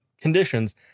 conditions